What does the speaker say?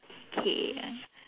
K